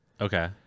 Okay